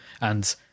And-